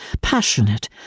passionate